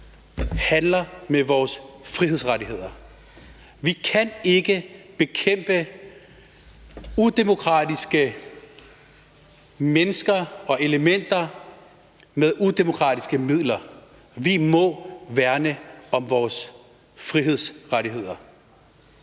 handle med vores frihedsrettigheder. Vi kan ikke bekæmpe udemokratiske mennesker og elementer med udemokratiske midler. Vi må værne om vores frihedsrettigheder.